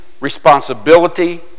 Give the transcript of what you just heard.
responsibility